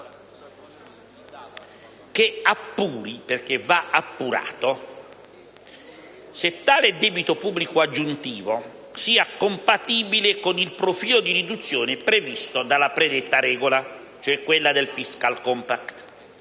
che appuri, perché va appurato, se tale debito pubblico aggiuntivo sia compatibile con il profilo di riduzione previsto dalla predetta regola (quella del *fiscal compact*).